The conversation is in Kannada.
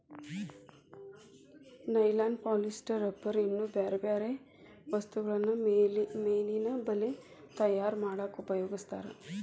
ನೈಲಾನ್ ಪಾಲಿಸ್ಟರ್ ರಬ್ಬರ್ ಇನ್ನೂ ಬ್ಯಾರ್ಬ್ಯಾರೇ ವಸ್ತುಗಳನ್ನ ಮೇನಿನ ಬಲೇ ತಯಾರ್ ಮಾಡಕ್ ಉಪಯೋಗಸ್ತಾರ